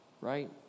right